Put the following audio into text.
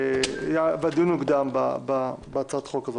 הבקשה להקדמת דיון בהצעת חוק חובת